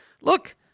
look